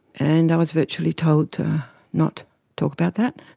and i was virtually told to not talk about that.